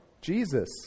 Jesus